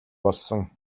болсон